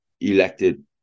elected